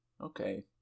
Okay